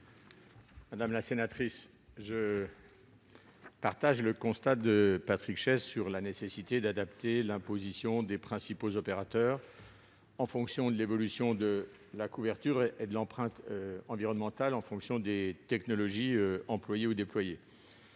? Si je partage le constat de Patrick Chaize sur la nécessité d'adapter l'imposition des principaux opérateurs en fonction de l'évolution de la couverture et de l'empreinte environnementale des technologies employées ou déployées,